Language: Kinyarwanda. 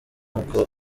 uko